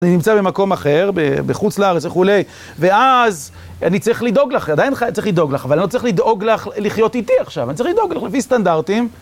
אני נמצא במקום אחר, בחוץ לארץ וכולי, ואז אני צריך לדאוג לך, עדיין צריך לדאוג לך, אבל אני לא צריך לדאוג לך לחיות איתי עכשיו, אני צריך לדאוג לך לפי סטנדרטים.